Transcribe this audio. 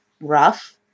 rough